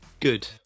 Good